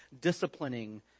disciplining